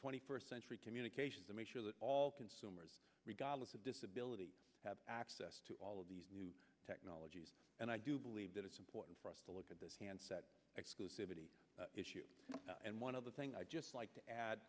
twenty first century communications that make sure that all consumers regardless of disability have access to all of these new technologies and i do believe that it's important for us to look at this handset exclusivity issue and one of the thing i just like to ad